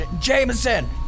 Jameson